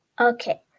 Okay